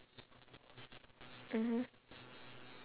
mmhmm